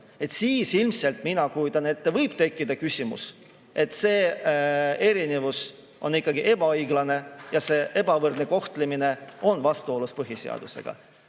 siis ilmselt, mina kujutan ette, võib tekkida küsimus, kas see erinevus on ikkagi ebaõiglane ja kas selline ebavõrdne kohtlemine on vastuolus põhiseadusega.